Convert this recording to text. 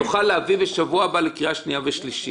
בחוק נוכל להביאו בשבוע הבא לקריאה שנייה ושלישית.